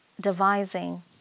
devising